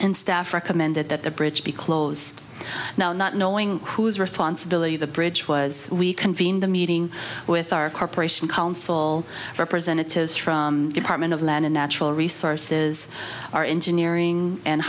and staff recommended that the bridge be closed now not knowing whose responsibility the bridge was we convened the meeting with our corporation council representatives from department of land and natural resources our engineering and